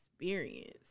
experience